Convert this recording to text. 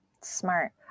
Smart